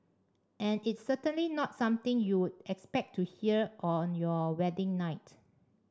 and it's certainly not something you'd expect to hear on your wedding night